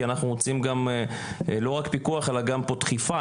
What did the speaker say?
כי אנחנו רוצים לא רק פיקוח אלא גם פה דחיפה.